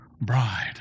bride